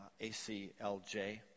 ACLJ